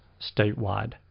statewide